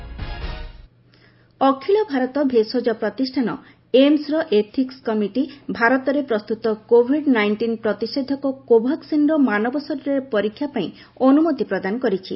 AIIMS trial ଅଖିଳ ଭାରତ ଭେଷଜ ପ୍ରତିଷ୍ଠାନ ଏମ୍ସର ଏଥିକ୍ସ କମିଟି ଭାରତରେ ପ୍ରସ୍ତୁତ କୋଭିଡ୍ ନାଇଷ୍ଟିନ୍ ପ୍ରତିଶେଧକ କୋଭାକ୍ସିନ୍ର ମାନବ ଶରୀରରେ ପରୀକ୍ଷା ପାଇଁ ଅନୁମତି ପ୍ରଦାନ କରିଛି